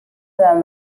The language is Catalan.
davant